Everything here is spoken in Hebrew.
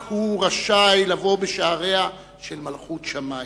רק הוא רשאי לבוא בשעריה של מלכות שמים,